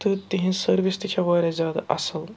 تہٕ تِہِنٛز سٔروِس تہِ چھےٚ واریاہ زیادٕ اَصٕل